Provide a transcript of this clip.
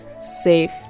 safe